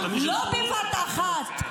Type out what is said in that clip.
לא בבת אחת,